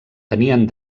tenien